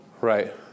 Right